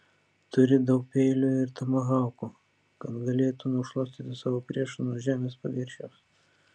turi daug peilių ir tomahaukų kad galėtų nušluoti savo priešus nuo žemės paviršiaus